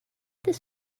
this